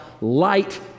light